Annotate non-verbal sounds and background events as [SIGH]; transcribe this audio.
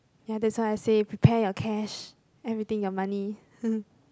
ya that's why I say prepare your cash everything your money [LAUGHS]